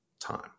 time